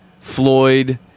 floyd